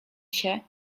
się